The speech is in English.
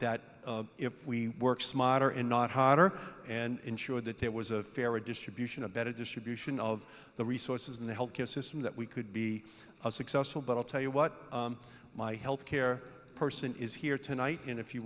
that if we work smarter and not harder and ensure that there was a fairer distribution a better distribution of the resources in the health care system that we could be successful but i'll tell you what my health care person is here tonight and if you